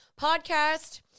podcast